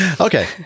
Okay